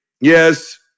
Yes